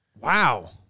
Wow